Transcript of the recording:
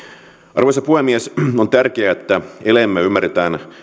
arvoisa puhemies on tärkeää että eleemme ymmärretään